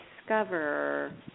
discover